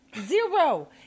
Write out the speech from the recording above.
Zero